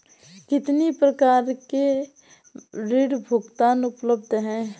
कितनी प्रकार के ऋण भुगतान उपलब्ध हैं?